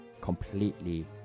completely